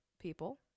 people